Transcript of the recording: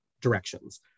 directions